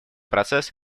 процесс